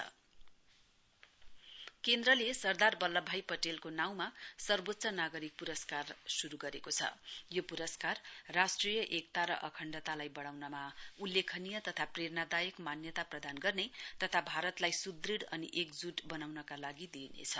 सरदार Patel unity award केन्द्रले सरदार वल्लभ भाई पटेलको नाउँमा सर्वोच्च नागरिक पुरस्कार शुरु गरेको छ यो पुरस्कार राष्ट्रिय एकता र अखण्डतालाई वढ़ाउनमा उल्लेखनीय तथा प्रेऱणादायक मान्यता प्रदान गर्ने तथा भारतलाई सुद्रह अनि एकज्रट वनाउनका लागि दिइनेछ